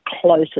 closer